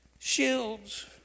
Shields